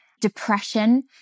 depression